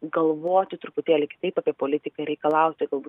galvoti truputėlį kitaip apie politiką reikalauti galbūt